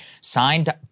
signed